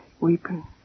Weeping